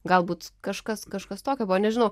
galbūt kažkas kažkas tokio buvo nežinau